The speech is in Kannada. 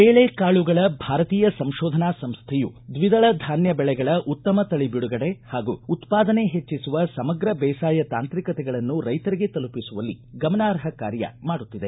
ಬೇಳೆ ಕಾಳುಗಳ ಭಾರತೀಯ ಸಂಶೋಧನಾ ಸಂಸ್ವೆಯು ದ್ವಿದಳ ಧಾನ್ಯ ಬೆಳೆಗಳ ಉತ್ತಮ ತಳಿ ಬಿಡುಗಡೆ ಹಾಗೂ ಉತ್ವಾದನೆ ಹೆಜ್ಜಿಸುವ ಸಮಗ್ರ ಬೇಸಾಯ ತಾಂತ್ರಿಕತೆಗಳನ್ನು ರೈತರಿಗೆ ತಲುಪಿಸುವಲ್ಲಿ ಗಮನಾರ್ಹ ಕಾರ್ಯ ಮಾಡುತ್ತಿದೆ